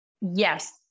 Yes